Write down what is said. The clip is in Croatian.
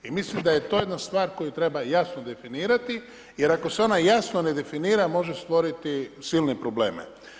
Mislim da je to jedna stvar koju treba jasno definirati, jer ako se ona jasno ne definira može stvoriti silne probleme.